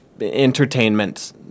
entertainment